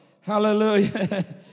hallelujah